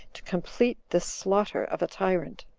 to complete this slaughter of a tyrant.